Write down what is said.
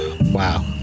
Wow